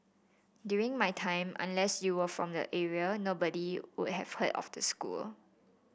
during my time unless you were from the area nobody would have heard of the school